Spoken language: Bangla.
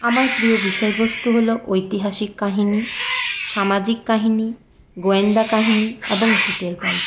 আমার প্রিয় বিষয়বস্তু হলো ঐতিহাসিক কাহিনি সামাজিক কাহিনি গোয়েন্দা কাহিনি এবং ভূতের গল্প